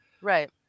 Right